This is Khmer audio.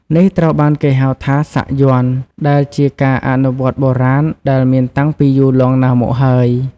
នេះត្រូវបានគេហៅថា សាក់យ័ន្ត ដែលជាការអនុវត្តបុរាណដែលមានតាំងពីយូរលង់ណាស់មកហើយ។